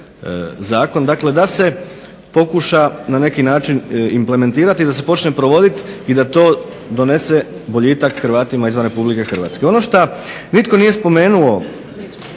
zakon dakle da se pokuša na neki način implementirati i da se počne provoditi i da to donese boljitak Hrvatima izvan RH. Ono što nitko nije spomenuo